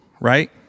right